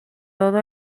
todo